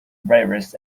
virus